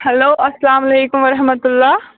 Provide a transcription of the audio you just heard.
hello السلام علیکُم ورحمتُ اللہ